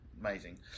amazing